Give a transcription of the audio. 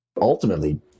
Ultimately